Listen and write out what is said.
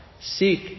Seek